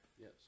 Yes